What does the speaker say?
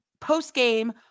post-game